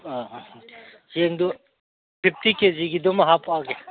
ꯆꯦꯡꯗꯨ fifty ꯀꯦꯖꯤꯒꯤꯗꯨꯃ ꯍꯥꯄꯛꯑꯒꯦ